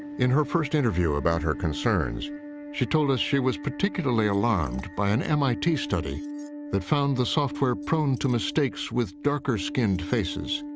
in her first interview about her concerns she told us she was particularly alarmed by an m i t. study that found the software prone to mistakes with darker-skinned faces.